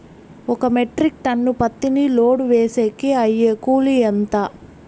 ఒక metric ton పత్తిని load వేసేకి అయ్యే కూలి ఎంత?